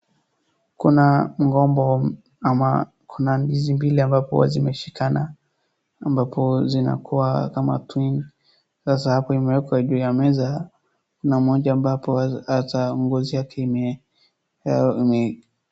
Kuna mgomba ama kuna ndizi mbili ambapo huwa zimeshikana, ambapo zinakuwa kama [cs) twin [cs), sasa hapo imeekwa juu ya meza, kuna moja ambayo ngozi yake ime...